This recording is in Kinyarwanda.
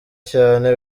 cyane